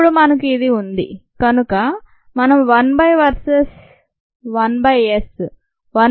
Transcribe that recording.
112 ఇప్పుడు మనకు ఇది ఉంది కనుక మనం 1 బై వర్సెస్ 1 బై s